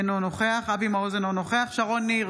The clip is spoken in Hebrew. אינו נוכח אבי מעוז, אינו נוכח שרון ניר,